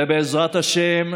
ובעזרת השם,